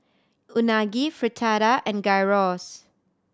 Unagi Fritada and Gyros